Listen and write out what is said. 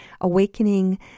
awakening